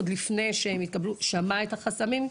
שמע את החסמים,